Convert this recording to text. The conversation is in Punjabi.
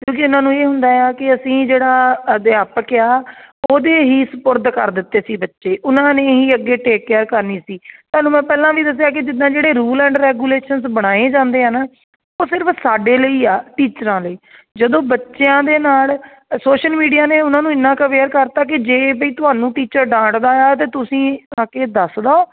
ਕਿਉਂਕਿ ਇਹਨਾਂ ਨੂੰ ਇਹ ਹੁੰਦਾ ਆ ਕਿ ਅਸੀਂ ਜਿਹੜਾ ਅਧਿਆਪਕ ਆ ਉਹਦੇ ਹੀ ਸਪੁਰਦ ਕਰ ਦਿੱਤੇ ਸੀ ਬੱਚੇ ਉਹਨਾਂ ਨੇ ਹੀ ਅੱਗੇ ਟੇਕਿਆ ਕਰਨੀ ਸੀ ਤੁਹਾਨੂੰ ਮੈਂ ਪਹਿਲਾਂ ਵੀ ਦੱਸਿਆ ਕਿ ਜਿੱਦਾਂ ਜਿਹੜੇ ਰੂਲ ਐਂਡ ਰੈਗੂਲੇਸ਼ਨਸ ਬਣਾਏ ਜਾਂਦੇ ਆ ਨਾ ਉਹ ਸਿਰਫ ਸਾਡੇ ਲਈ ਆ ਟੀਚਰਾਂ ਲਈ ਜਦੋਂ ਬੱਚਿਆਂ ਦੇ ਨਾਲ ਸੋਸ਼ਲ ਮੀਡੀਆ ਨੇ ਉਹਨਾਂ ਨੂੰ ਇੰਨਾ ਕੁ ਅਵੇਅਰ ਕਰਤਾ ਕਿ ਜੇ ਬਈ ਤੁਹਾਨੂੰ ਟੀਚਰ ਡਾਂਟਦਾ ਆ ਅਤੇ ਤੁਸੀਂ ਆ ਕੇ ਦੱਸ ਦਿਓ